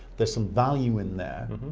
there's some value in that.